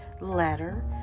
letter